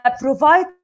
provide